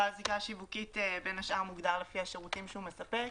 "בעל זיקה שיווקית" מוגדר בין השאר לפי השירותים שהוא מספק.